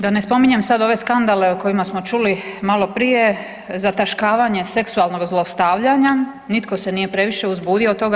Da ne spominjem sad ove skandale o kojima smo čuli maloprije, zataškavanje seksualnog zlostavljanja, nitko se nije previše uzbudio od toga.